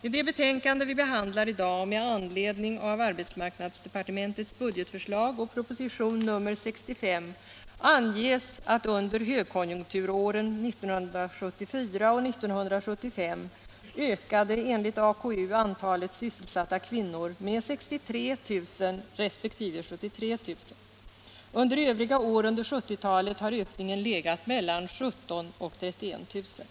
I det betänkande vi behandlar i dag med anledning av arbetsmarknadsdepartementets budgetförslag och propositionen 65 anges, att under högkonjunkturåren 1974 och 1975 ökade enligt AKU antalet sysselsatta kvinnor med 63 000 resp. 73 000. Under övriga år under 1970-talet har ökningen legat mellan 17000 och 31000.